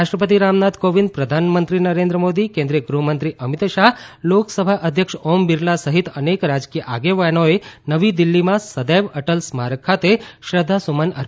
રાષ્ટ્રપતિ રામનાથ કોંવિદ પ્રધાનમંત્રી નરેન્દ્ર મોદી કેન્દ્રિય ગૃહમંત્રી અમિત શાહ લોકસભા અધ્યક્ષ ઓમ બિરલા સહિત અનેક રાજકીય આગેવાનોએ નવીદિલ્ફીમાં સદૈવ અટલ સ્મારક ખાતે શ્રધ્ધાસ્મન અપર્ણ કર્યાં